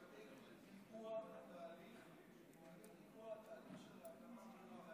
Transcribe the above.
לקיבוע התהליך של ההכרה המהירה,